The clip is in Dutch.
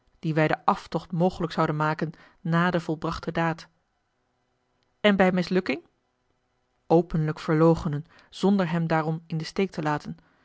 dien wij den aftocht mogelijk zouden maken na de volbrachte daad en bij mislukking openlijk verloochenen zonder hem daarom in den steek te laten